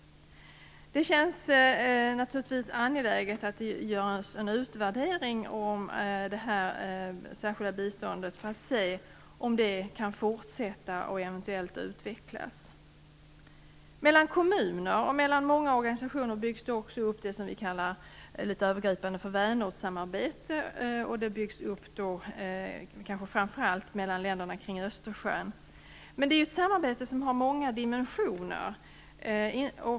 Det känns naturligtvis angeläget att man gör en utvärdering av det här särskilda biståndet för att se om det kan fortsätta och eventuellt utvecklas. Mellan kommuner och mellan många organisationer byggs det också upp vad vi litet övergripande kallar för vänortssamarbete - kanske framför allt mellan länderna kring Östersjön. Men det är ett samarbete som har många dimensioner.